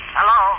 Hello